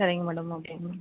சரிங்க மேடம் ஓகேங்க மேம்